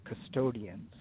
custodians